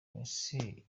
ese